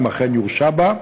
אם אכן יורשע בה,